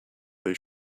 they